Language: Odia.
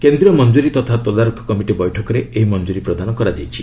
କେନ୍ଦ୍ରୀୟ ମଞ୍ଜୁରୀ ତଥା ତଦାରଖ କମିଟି ବୈଠକରେ ଏହି ମଞ୍ଜୁରୀ ପ୍ରଦାନ କରାଯାଇଛି